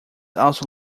also